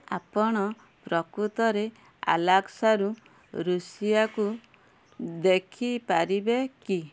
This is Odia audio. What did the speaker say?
ଆପଣ ପ୍ରକୃତରେ ଆଲାସ୍କାରୁ ରୁଷିଆକୁ ଦେଖିପାରିବେ କି